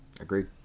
Agreed